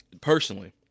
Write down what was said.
personally